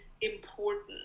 important